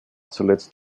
zuletzt